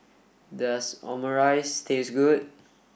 does Omurice taste good